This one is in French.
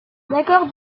d’accord